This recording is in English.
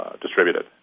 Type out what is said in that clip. distributed